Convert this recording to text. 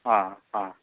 آ آ